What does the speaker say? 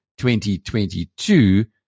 2022